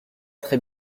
très